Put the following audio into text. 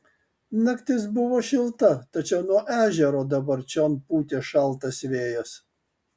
naktis buvo šilta tačiau nuo ežero dabar čion pūtė šaltas vėjas